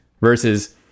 versus